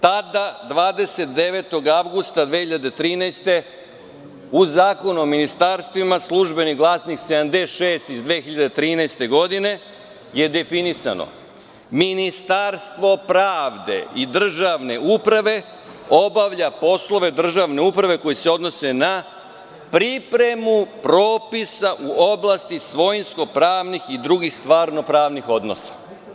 Tada, 29. avgusta 2013. godine, u Zakonu o ministarstvima, „Službeni glasnik“ 76 iz 2013. godine, je definisano – Ministarstvo pravde i državne uprave obavlja poslove državne uprave koji se odnose na pripremu propisa u oblasti svojinsko-pravnih i drugih stvarno-pravnih odnosa.